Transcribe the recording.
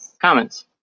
comments